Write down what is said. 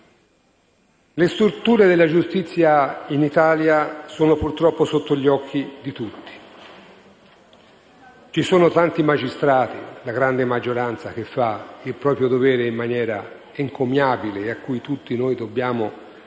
Le strutture della giustizia in Italia sono purtroppo sotto gli occhi di tutti. Ci sono tanti magistrati, la grande maggioranza, che fanno il proprio dovere in maniera encomiabile, ai quali tutti noi dobbiamo gratitudine